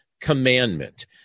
commandment